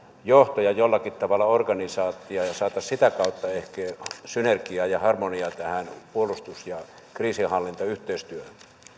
johtaja jollakin tavalla organisaatiossa ja saataisiin sitä kautta ehkä synergiaa ja harmoniaa tähän puolustus ja kriisinhallintayhteistyöhön